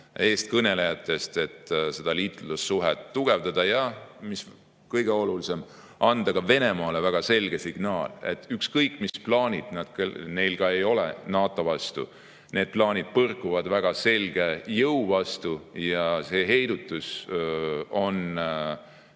eestkõnelejatest, kes aitab seda liitlassuhet tugevdada. Ja mis kõige olulisem, see annab ka Venemaale väga selge signaali: ükskõik mis plaanid neil ka ei ole NATO vastu, need plaanid põrkuvad väga selge jõu vastu, see heidutus on